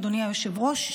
אדוני היושב-ראש,